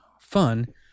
fun